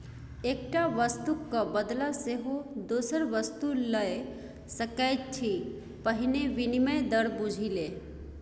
एकटा वस्तुक क बदला सेहो दोसर वस्तु लए सकैत छी पहिने विनिमय दर बुझि ले